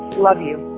love you.